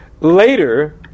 Later